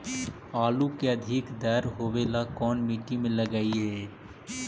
आलू के अधिक दर होवे ला कोन मट्टी में लगीईऐ?